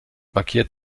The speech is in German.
markiert